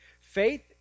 Faith